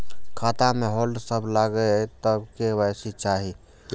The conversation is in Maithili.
खाता में होल्ड सब लगे तब के.वाई.सी चाहि?